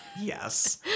Yes